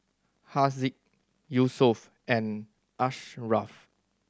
Haziq Yusuf and Ashraff